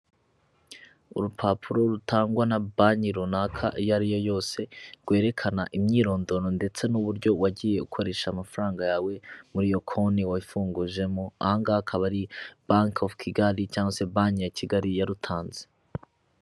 Urupapuro rutangwa na banki runaka iyo ariyo yose, rwerekana imyirondoro ndetse n'uburyo wagiye ukoresha amafaranga yawe muri iyo konti wafungujemo, angahe akaba ari banki ofu Kigali cyangwa se banki ya kigali yarutanze.